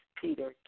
Peter